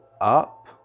up